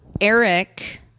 Eric